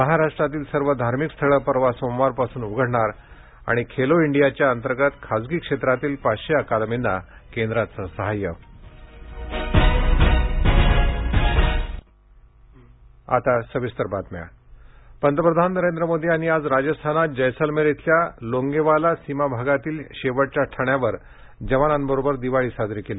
महाराष्ट्रातील सर्व धार्मिक स्थळं परवा सोमवारपासून उघडणार आणि खेलो इंडियाच्या अंतर्गत खासगी क्षेत्रातील पाचशे अकादमींना केंद्राचं सहाय्य पंतप्रधान सैनिक पूल डीडी न्यूज प्राची पंतप्रधान नरेंद्र मोदी यांनी आज राजस्थानात जैसलमेर इथल्या लोंगेवाला सीमाभागातील शेवटच्या ठाण्यावर जवानांबरोबर दिवाळी साजरी केली